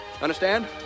Understand